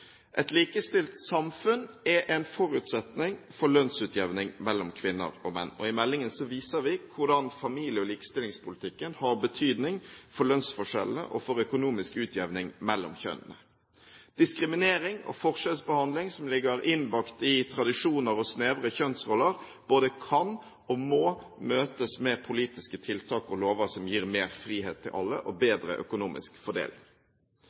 Et likestilt samfunn er en forutsetning for lønnsutjevning mellom kvinner og menn. I meldingen viser vi at familie- og likestillingspolitikken har betydning for lønnsforskjellene og for økonomisk utjevning mellom kjønnene. Diskriminering og forskjellsbehandling, som ligger innbakt i tradisjoner og snevre kjønnsroller, både kan og må møtes med politiske tiltak og lover som gir mer frihet til alle – og bedre økonomisk fordeling.